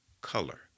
color